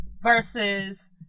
Versus